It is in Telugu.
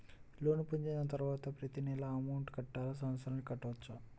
లోన్ పొందిన తరువాత ప్రతి నెల అమౌంట్ కట్టాలా? సంవత్సరానికి కట్టుకోవచ్చా?